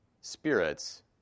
spirits